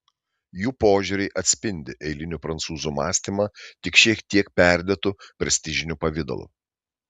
jų požiūriai atspindi eilinių prancūzų mąstymą tik šiek tiek perdėtu prestižiniu pavidalu